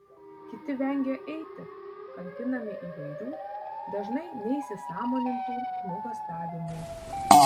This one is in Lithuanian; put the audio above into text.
kiti vengia eiti kankinami įvairių dažnai neįsisąmonintų nuogąstavimų